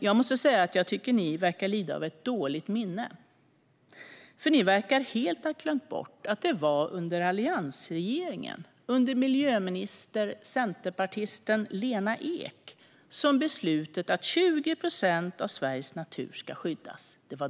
Jag måste dock säga att ni verkar lida av dåligt minne, för ni verkar helt ha glömt bort att det var under alliansregeringen, under den centerpartistiska miljöministern Lena Ek, som man tog beslutet att 20 procent av Sveriges natur ska skyddas.